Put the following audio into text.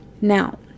Now